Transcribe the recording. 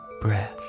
breath